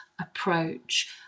approach